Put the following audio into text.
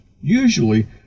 usually